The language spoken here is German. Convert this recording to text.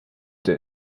der